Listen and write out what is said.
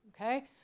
Okay